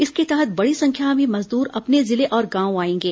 इसके तहत बर्डी संख्या में मजदूर अपने जिले और गांव आएंगे